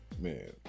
man